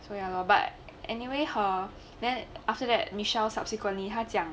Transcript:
so ya lor but anyway hor then after that michelle subsequently 他讲